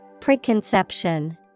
Preconception